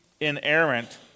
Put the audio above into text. inerrant